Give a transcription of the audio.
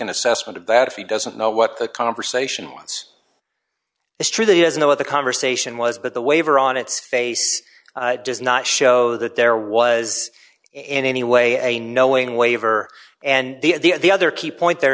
an assessment of that if he doesn't know what the conversation once it's truly is know what the conversation was but the waiver on its face does not show that there was in any way a knowing waiver and the the other key point there